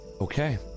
Okay